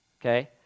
Okay